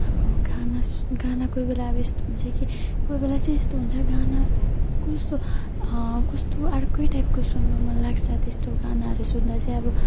अब गाना गाना कोही बेला अब यस्तो हुन्छ कि कोही बेला चाहिँ यस्तो हुन्छ गाना कस्तो कस्तो अर्कै टाइपको सुन्नु मनलाग्छ त्यस्तो गानाहरू सुन्दा चाहिँ अब